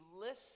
listen